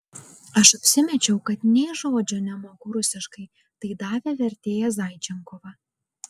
aš apsimečiau kad nė žodžio nemoku rusiškai tai davė vertėją zaičenkovą